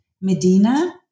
Medina